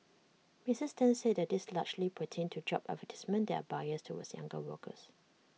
misses ten said that these largely pertained to job advertisements that are biased towards younger workers